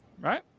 Right